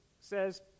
says